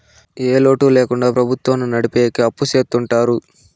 ఏ లోటు ల్యాకుండా ప్రభుత్వాన్ని నడిపెకి అప్పు చెత్తుంటారు